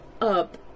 up